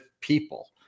people